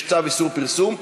יש צו איסור פרסום,